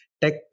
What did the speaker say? tech